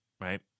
right